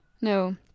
No